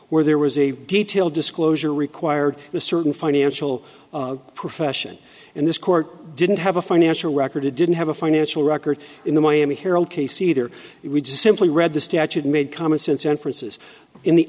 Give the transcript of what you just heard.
where there was a detail disclosure required a certain financial profession and this court didn't have a financial record it didn't have a financial record in the miami herald case either it would simply read the statute made common sense inferences in the